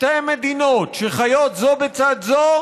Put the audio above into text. שתי מדינות שחיות זו בצד זו